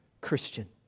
Christian